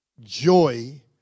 joy